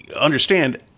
Understand